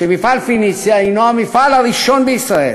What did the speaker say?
שמפעל "פניציה" הנו המפעל הראשון בישראל